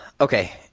Okay